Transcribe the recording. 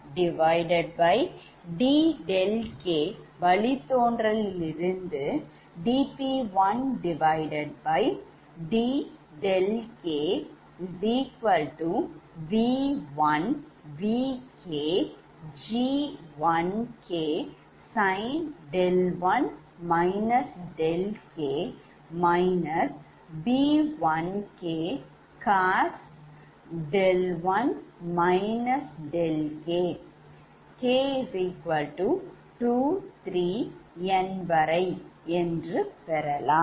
இந்த dp1dɗk வழித்தோன்றலில் இருந்துdP1dɗkV1VKG1KSin B1kcos⁡ k23n என்று பெறலாம்